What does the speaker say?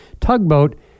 tugboat